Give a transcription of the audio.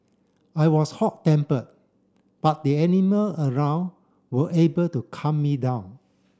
I was hot tempered but the animal around were able to calm me down